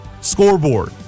scoreboard